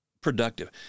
productive